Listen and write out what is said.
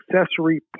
accessory